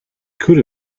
could